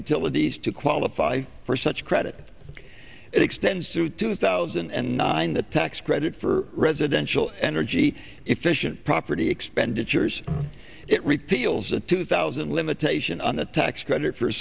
utilities to qualify for such credit it extends through two thousand and nine the tax credit for residential energy efficient property expenditures it repeals a two thousand limitation on the tax credit for